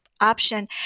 Option